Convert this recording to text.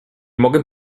mogę